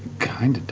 kind of does.